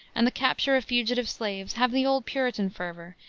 and the capture of fugitive slaves, have the old puritan fervor,